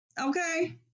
okay